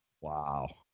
Wow